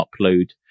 upload